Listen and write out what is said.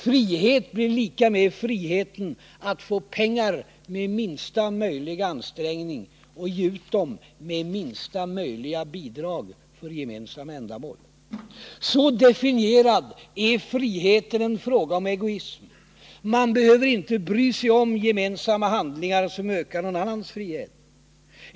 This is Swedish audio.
Frihet blir lika med friheten att få pengar med minsta möjliga ansträngning och att ge ut dem med minsta möjliga bidrag för gemensamma ändamål. Så definierad är friheten en fråga om egoism. Man behöver inte bry sig om gemensamma handlingar som ökar någon annans frihet.